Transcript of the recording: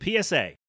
PSA